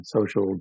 social